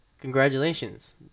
congratulations